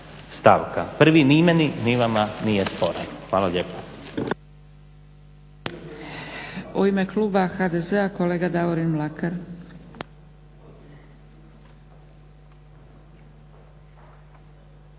1.ni meni ni vama nije sporan. Hvala lijepa.